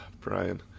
Brian